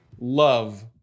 love